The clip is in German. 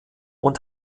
und